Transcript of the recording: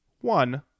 one